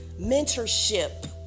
mentorship